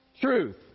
truth